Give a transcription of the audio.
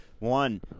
One